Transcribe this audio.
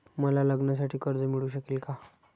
मला लग्नासाठी कर्ज मिळू शकेल का?